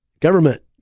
Government